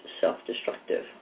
self-destructive